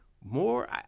More